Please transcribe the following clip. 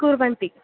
कुर्वन्ति